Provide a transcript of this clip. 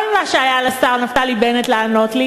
כל מה שהיה לשר נפתלי בנט לענות לי